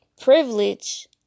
privilege